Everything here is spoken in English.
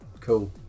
cool